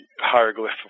hieroglyph